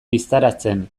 bistaratzen